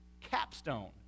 capstone